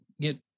get